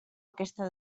aquesta